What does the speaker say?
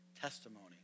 testimony